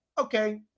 Okay